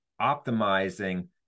optimizing